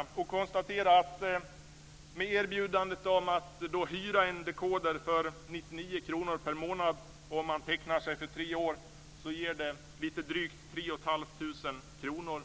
Då kan man konstatera att erbjudandet om att hyra en dekoder för 99 kr per månad om man tecknar sig för tre år ger lite drygt 3 500